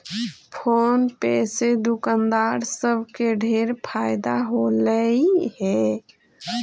phone पे से दुकानदार सब के ढेर फएदा होलई हे